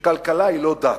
שכלכלה היא לא דת,